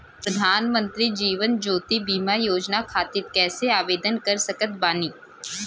प्रधानमंत्री जीवन ज्योति बीमा योजना खातिर कैसे आवेदन कर सकत बानी?